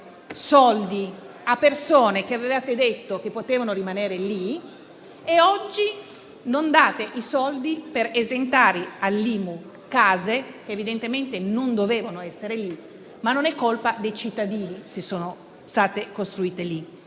soldi a persone a cui avevate detto che potevano rimanere lì, ovvero non date i soldi per esentare dall'IMU delle case che evidentemente non dovevano essere lì, ma non è colpa dei cittadini se sono state costruite lì.